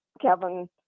Kevin